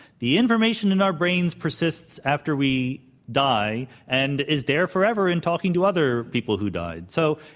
the information in our brains persists after we die and is there forever and talking to other people who died. so,